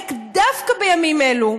תתעסק דווקא בימים אלה,